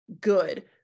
good